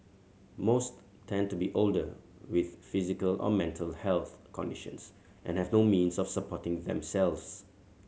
most tend to be older with physical or mental health conditions and have no means of supporting themselves